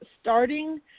starting